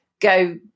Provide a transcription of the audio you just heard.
go